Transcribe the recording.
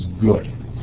good